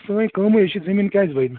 سٲنۍ کٲمٕے ہے چھِ زمیٖن کیٛازِ بنہِ نہٕ